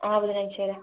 ആ ബുധനാഴ്ച വരാം